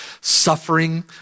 suffering